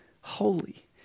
holy